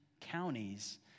counties